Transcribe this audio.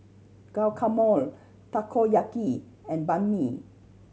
Guacamole Takoyaki and Banh Mi